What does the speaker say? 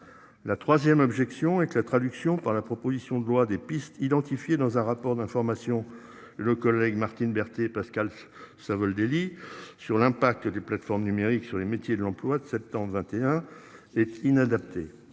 La 3ème objection et que la traduction par la proposition de loi des pistes identifiées dans un rapport d'information le collègue Martine Berthet Pascal je Savoldelli. Sur l'impact des plateformes numériques sur les métiers de l'emploi de septembre 21 les inadapté.